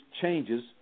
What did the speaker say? changes